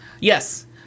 Yes